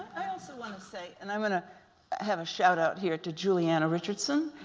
so want to say. and i'm going to have a shout-out here to julianna richardson.